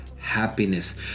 happiness